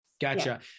Gotcha